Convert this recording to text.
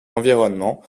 environnement